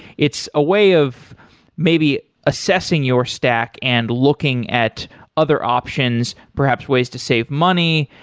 it's a way of maybe assessing your stack and looking at other options, perhaps ways to save money.